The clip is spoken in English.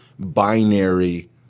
Binary